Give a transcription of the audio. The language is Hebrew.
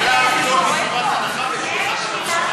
כתוב פה: "פטור מחובת הנחה" ו"בתמיכת הממשלה".